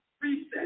reset